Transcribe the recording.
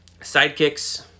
Sidekicks